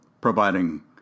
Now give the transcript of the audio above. providing